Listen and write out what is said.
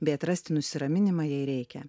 bei atrasti nusiraminimą jei reikia